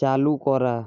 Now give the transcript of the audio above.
চালু করা